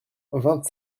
vingt